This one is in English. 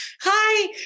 hi